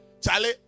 Charlie